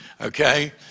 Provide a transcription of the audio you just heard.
okay